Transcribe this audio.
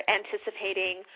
anticipating